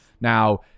Now